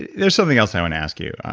there's something else i wanna ask you.